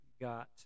got